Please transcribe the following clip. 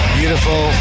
beautiful